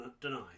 denies